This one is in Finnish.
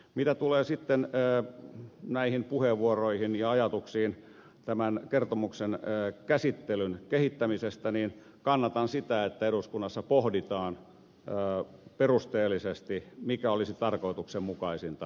mitä tulee sitten näihin puheenvuoroihin ja ajatuksiin tämän kertomuksen käsittelyn kehittämisestä niin kannatan sitä että eduskunnassa pohditaan perusteellisesti mikä olisi tarkoituksenmukaisinta tulevaisuudessa